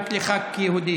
לא,